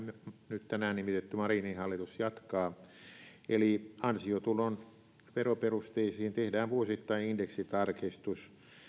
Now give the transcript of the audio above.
nyt tänään nimitetty marinin hallitus jatkaa eli ansiotulon veroperusteisiin tehdään vuosittain indeksitarkistus